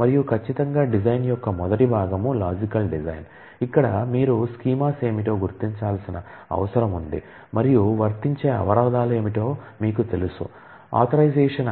మరియు ఖచ్చితంగా డిజైన్ యొక్క మొదటి భాగం లాజికల్ డిజైన్